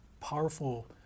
powerful